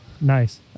Nice